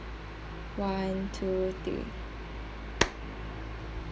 one two three